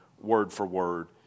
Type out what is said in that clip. word-for-word